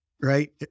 right